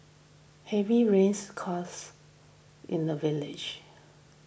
heavy rains caused in the village